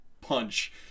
punch